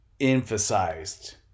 emphasized